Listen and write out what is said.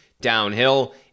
downhill